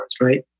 right